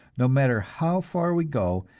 no matter how far we go,